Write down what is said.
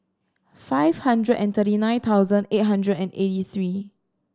five hundred and thirty nine thousand eight hundred and eighty three